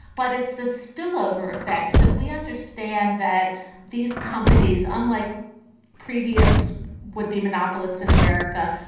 but it's the spillover effects that we understand that these companies, unlike previous would be monopolists in america,